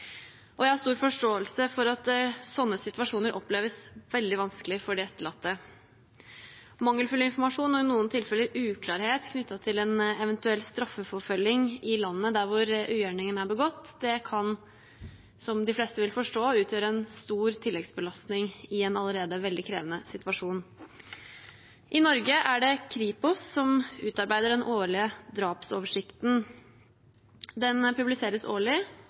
Jeg har stor forståelse for at sånne situasjoner oppleves veldig vanskelige for de etterlatte. Mangelfull informasjon og i noen tilfeller uklarhet knyttet til en eventuell straffeforfølging i landet der ugjerningen er begått, kan, som de fleste vil forstå, utgjøre en stor tilleggsbelastning i en allerede veldig krevende situasjon. I Norge er det Kripos som utarbeider den årlige drapsoversikten. Den publiseres årlig,